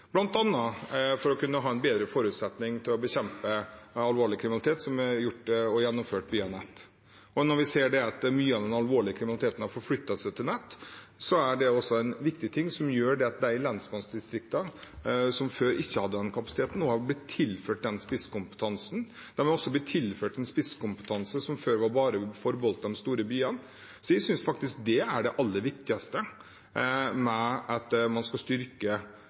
bl.a. for å kunne ha en bedre forutsetning for å kunne bekjempe alvorlig kriminalitet som er gjort og gjennomført via nettet. Når vi ser at mye av den alvorlige kriminaliteten har flyttet seg til nettet, er det også en viktig ting som gjør at de lensmannsdistriktene som før ikke hadde denne kapasiteten, nå har blitt tilført den spisskompetansen. De har også blitt tilført en spisskompetanse som før bare var forbeholdt de store byene. Jeg synes faktisk det er det aller viktigste med at man skal styrke